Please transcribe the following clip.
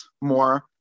more